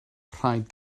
rhaid